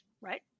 right